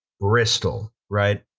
bristol, right?